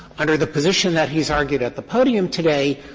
under the position that he's argued at the podium today,